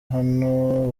hano